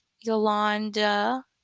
Yolanda